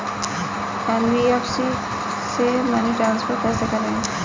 NBFC से money transfer कैसे करें?